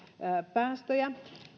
päästöjä